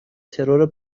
ترور